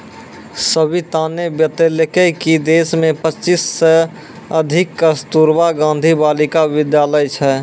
सविताने बतेलकै कि देश मे पच्चीस सय से अधिक कस्तूरबा गांधी बालिका विद्यालय छै